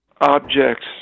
objects